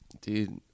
Dude